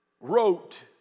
wrote